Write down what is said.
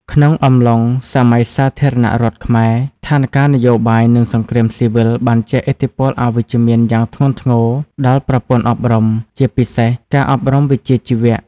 ក្នុងអំឡុងសម័យសាធារណរដ្ឋខ្មែរ ស្ថានការណ៍នយោបាយ និងសង្គ្រាមស៊ីវិលបានជះឥទ្ធិពលអវិជ្ជមានយ៉ាងធ្ងន់ធ្ងរដល់ប្រព័ន្ធអប់រំ ជាពិសេសការអប់រំវិជ្ជាជីវៈ។